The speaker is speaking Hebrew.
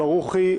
ברוכי,